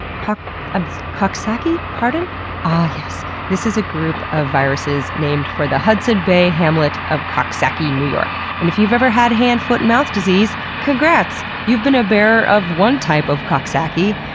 ah coxsackie? pardon? ah yes, this is a group of viruses named for the hudson bay hamlet of coxsackie, new york. and if you've ever had hand-foot-and-mouth disease, disease, congrats! you've been a bearer of one type of coxsackie.